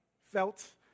felt